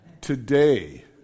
Today